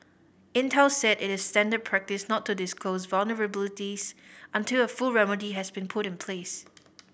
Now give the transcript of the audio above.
Intel said it is standard practice not to disclose vulnerabilities until a full remedy has been put in place